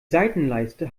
seitenleiste